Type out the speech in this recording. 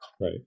Right